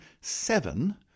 seven